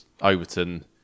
Overton